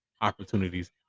opportunities